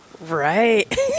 Right